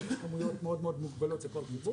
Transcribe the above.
כמויות מאוד מאוד מוגבלות לכל חיבור,